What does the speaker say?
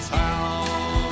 town